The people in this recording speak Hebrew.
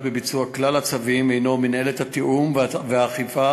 בביצוע כלל הצווים הוא מינהלת תיאום האכיפה,